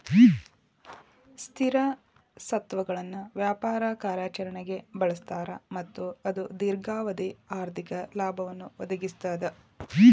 ಸ್ಥಿರ ಸ್ವತ್ತುಗಳನ್ನ ವ್ಯಾಪಾರ ಕಾರ್ಯಾಚರಣ್ಯಾಗ್ ಬಳಸ್ತಾರ ಮತ್ತ ಅದು ದೇರ್ಘಾವಧಿ ಆರ್ಥಿಕ ಲಾಭವನ್ನ ಒದಗಿಸ್ತದ